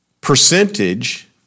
percentage